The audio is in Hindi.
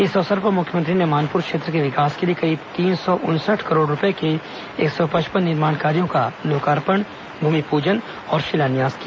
इस अवसर पर मुख्यमंत्री ने मानपुर क्षेत्र के विकास के लिए करीब तीन सौ उनसठ करोड़ रूपये के एक सौ पचपन निर्माण कार्यो का लोकार्पण भूमिपूजन और शिलान्यास किया